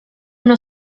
uno